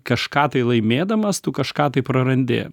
kažką tai laimėdamas tu kažką tai prarandi